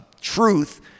truth